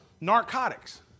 narcotics